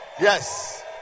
Yes